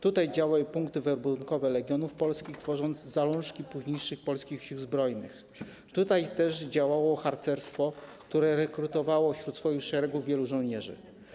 Tutaj działały punkty werbunkowe Legionów Polskich tworzące zalążki późniejszych Polskich Sił Zbrojnych, tutaj też działało harcerstwo, które rekrutowało wśród swoich szeregów wielu żołnierzy.